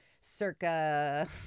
circa